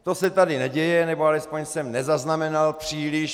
To se tady neděje, nebo alespoň jsem nezaznamenal příliš.